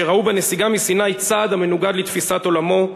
שראו בנסיגה מסיני צעד המנוגד לתפיסת עולמו,